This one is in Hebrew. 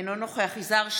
אינו נוכח יזהר שי,